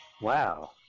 Wow